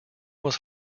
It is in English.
was